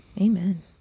Amen